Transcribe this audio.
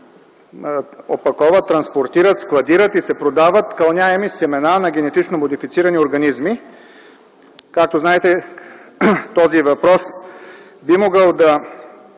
опаковат, транспортират, складират и се продават кълняеми семена на генетично модифицирани организми. Както знаете, този въпрос би могъл да